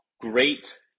great